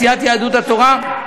בסיעת יהדות התורה,